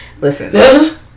Listen